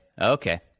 Okay